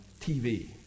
TV